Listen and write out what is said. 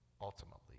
ultimately